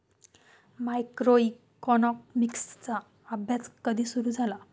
मायक्रोइकॉनॉमिक्सचा अभ्यास कधी सुरु झाला?